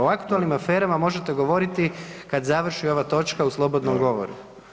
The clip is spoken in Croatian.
O aktualnim aferama možete govoriti kada završi ova točka u slobodnom govoru.